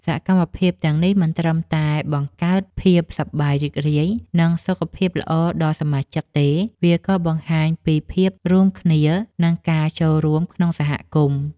សកម្មភាពទាំងនេះមិនត្រឹមតែបង្កើតភាពសប្បាយរីករាយ និងសុខភាពល្អដល់សមាជិកទេ វាក៏បង្ហាញពីភាពរួមគ្នានិងការចូលរួមក្នុងសហគមន៍។